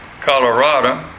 Colorado